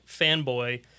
fanboy